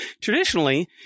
Traditionally